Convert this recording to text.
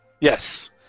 Yes